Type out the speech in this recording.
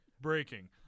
breaking